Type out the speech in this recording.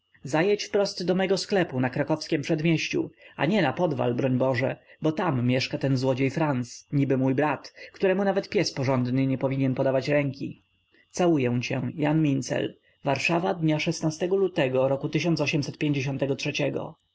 zajedź wprost do mego sklepu na krakowskiem przedmieściu a nie na podwal broń boże bo tam mieszka ten złodziej franc niby mój brat któremu nawet pies porządny nie powinien podawać ręki całuję cię jan mincel warszawa d lutego r